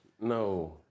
No